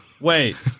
Wait